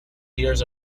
hears